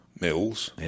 mills